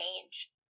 change